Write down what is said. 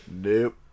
Nope